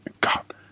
God